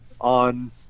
on